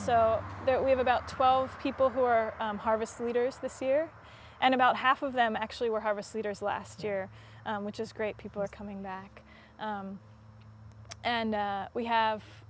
so that we have about twelve people who are harvest leaders this year and about half of them actually were harvest leaders last year which is great people are coming back and we have